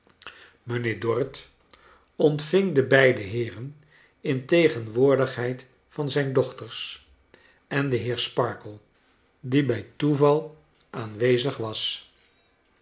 mijnheer dorrit ontving de beide heeren in tegenwoordigheid van zijn dochters en den heer sparkler die bij toeval aanwezig was